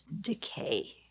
decay